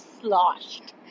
sloshed